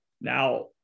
Now